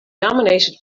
nominated